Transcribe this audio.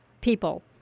people